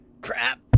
Crap